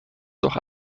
jedoch